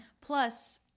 Plus